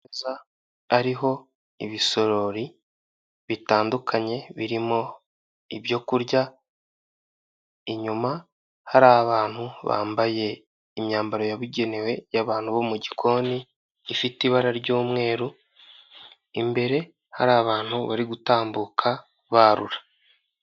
Ameza ariho ibisorori bitandukanye birimo ibyokurya inyuma hari abantu bambaye imyambaro yabugenewe y'abantu bo mugikoni, gifite ibara ry'umweru imbere hari abantu bari gutambuka barura.